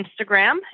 Instagram